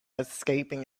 escaping